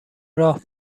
راه